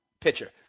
Pitcher